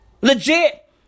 Legit